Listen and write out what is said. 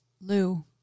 Lou